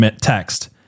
text